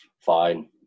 fine